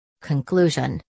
Conclusion